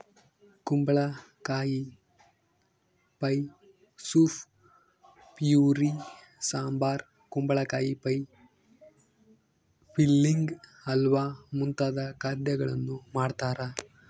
ಕುಂಬಳಕಾಯಿ pie soup puree sambar ಕುಂಬಳಕಾಯಿ pie filling halwa ಮುಂತಾದ ಖಾದ್ಯಗಳನ್ನು ಮಾಡ್ತಾರ